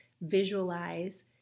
visualize